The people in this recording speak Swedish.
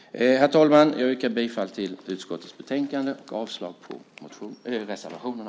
Herr talman! Jag yrkar bifall till förslaget i utskottets betänkande och avslag på reservationerna.